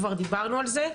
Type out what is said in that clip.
כבר דיברנו על זה,